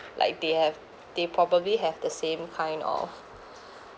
like they have they probably have the same kind of